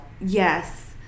Yes